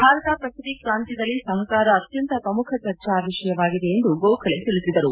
Bharat Pacific ಪ್ರಾಂತ್ಯದಲ್ಲಿ ಸಹಕಾರ ಅತ್ಯಂತ ಪ್ರಮುಖ ಚರ್ಚಾ ವಿಷಯವಾಗಿದೆ ಎಂದು ಗೋಖಲೆ ತಿಳಿಸಿದರು